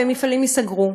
ומפעלים ייסגרו,